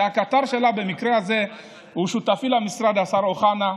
שהקטר שלה במקרה הזה הוא שותפי למשרד, השר אוחנה,